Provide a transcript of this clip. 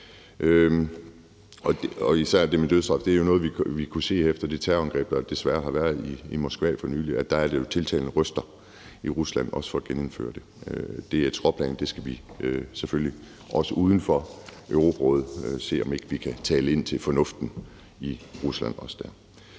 Især er det med dødsstraf noget, vi kan se efter det terrorangreb, der desværre har været i Moskva for nylig. Der har der jo også været tiltagende røster i Rusland for også at genindføre det. Det er et skråplan, og der skal vi selvfølgelig også uden for Europarådet se, om ikke vi kan tale ind til fornuften også i Rusland der.